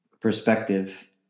perspective